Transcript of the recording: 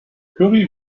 curry